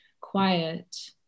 quiet